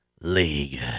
League